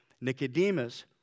Nicodemus